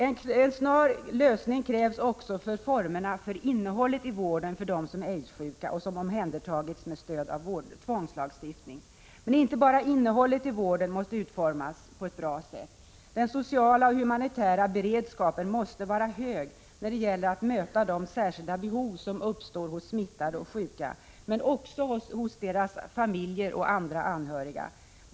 En snar lösning krävs även för formerna för innehållet i vården av dem som är aidssjuka och som omhändertagits med stöd av tvångslagstiftning. Men inte bara innehållet i vården måste utformas på ett bra sätt. Den sociala och humanitära beredskapen måste vara hög när det gäller att möta de särskilda behov som uppstår hos smittade och sjuka men också hos deras familjer och andra anhöriga.